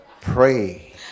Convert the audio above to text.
Pray